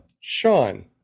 sean